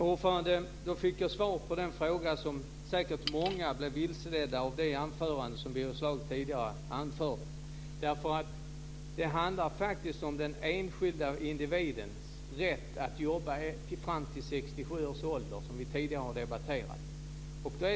Fru talman! Då fick jag svar på den frågan. Det var säkert många som blev vilseledda av det som Birger Schlaug tidigare anförde i sitt anförande. Det handlar nämligen om den enskilde individens rätt att jobba fram till 67 års ålder, som vi tidigare har debatterat.